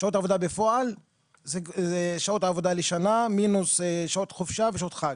שעות העבודה בפועל זה שעות העבודה לשנה מינוס שעות חופשה ושעות חג.